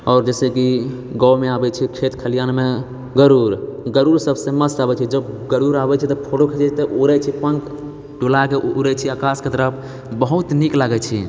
आओर जैसेकि गाँवमे आबैत छै खेत खलिहानमे गरुड़ गरुड़ सबसँ मस्त अबैत छै जब गरुड़ आबैत छै तऽ फोटो खींचैत छिए तऽ उड़ैछै पङ्ख डोलायके उड़ैछै आकाशके तरफ बहुत नीक लागैत छै